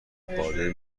قادر